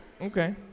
okay